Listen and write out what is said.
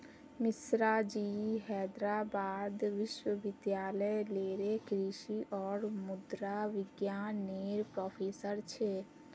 मिश्राजी हैदराबाद विश्वविद्यालय लेरे कृषि और मुद्रा विज्ञान नेर प्रोफ़ेसर छे